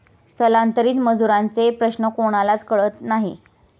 स्थलांतरित मजुरांचे प्रश्न कोणालाच कळत नाही